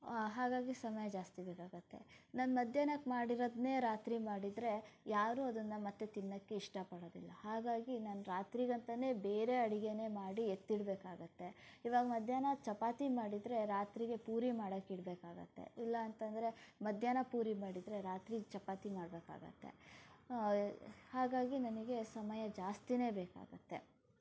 ಹಾಗಾಗಿ ಸಮಯ ಜಾಸ್ತಿ ಬೇಕಾಗುತ್ತೆ ನಾನು ಮಧ್ಯಾಹ್ನಕ್ಕೆ ಮಾಡಿರೋದನ್ನೇ ರಾತ್ರಿ ಮಾಡಿದರೆ ಯಾರೂ ಅದನ್ನು ಮತ್ತೆ ತಿನ್ನೋಕ್ಕೆ ಇಷ್ಟಪಡೋದಿಲ್ಲ ಹಾಗಾಗಿ ನಾನು ರಾತ್ರಿಗಂತಾನೆ ಬೇರೆ ಅಡಿಗೆನೇ ಮಾಡಿ ಎತ್ತಿಡಬೇಕಾಗುತ್ತೆ ಇವಾಗ ಮಧ್ಯಾಹ್ನ ಚಪಾತಿ ಮಾಡಿದರೆ ರಾತ್ರಿಗೆ ಪೂರಿ ಮಾಡಕ್ಕೆ ಇಡಬೇಕಾಗುತ್ತೆ ಇಲ್ಲಾಂತಂದರೆ ಮಧ್ಯಾಹ್ನ ಪೂರಿ ಮಾಡಿದರೆ ರಾತ್ರಿ ಚಪಾತಿ ಮಾಡಬೇಕಾಗುತ್ತೆ ಹಾಗಾಗಿ ನನಗೆ ಸಮಯ ಜಾಸ್ತಿಯೇ ಬೇಕಾಗುತ್ತೆ